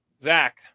zach